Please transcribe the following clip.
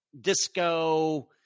disco